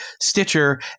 Stitcher